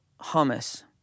hummus